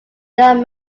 young